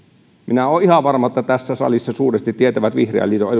minä olen ihan varma että tässä salissa suuresti tietävät vihreän liiton